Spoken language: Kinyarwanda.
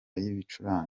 y’ibicurane